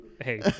hey